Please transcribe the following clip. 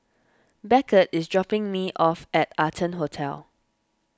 Beckett is dropping me off at Arton Hotel